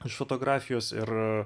iš fotografijos ir